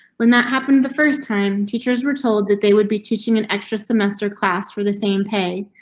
when that happened, the first time, teachers were told that they would be teaching an extra semester class for the same pay,